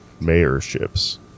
mayorships